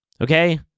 Okay